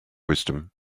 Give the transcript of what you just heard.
wisdom